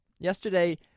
Yesterday